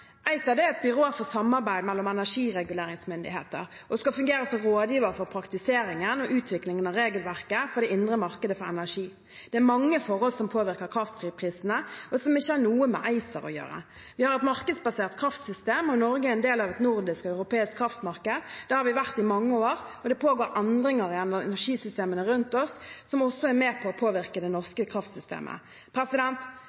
er et byrå for samarbeid mellom energireguleringsmyndigheter og skal fungere som rådgiver for praktiseringen og utviklingen av regelverket for det indre markedet for energi. Det er mange forhold som påvirker kraftprisene, og som ikke har noe med ACER å gjøre. Vi har et markedsbasert kraftsystem, og Norge er en del av et nordisk og europeisk kraftmarked. Det har vi vært i mange år. Det pågår endringer i energisystemene rundt oss, som også er med på å påvirke det